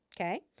Okay